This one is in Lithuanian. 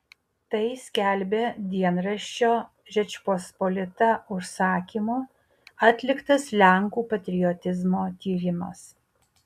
tai skelbia dienraščio žečpospolita užsakymu atliktas lenkų patriotizmo tyrimas